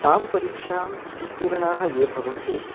तां परीक्षाम् उत्तीर्णाः ये भवन्ति